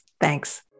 Thanks